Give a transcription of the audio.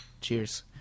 cheers